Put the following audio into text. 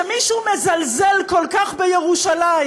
שמישהו מזלזל כל כך בירושלים,